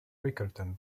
riccarton